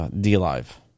D-Live